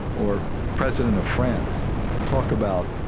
or president of france talk about,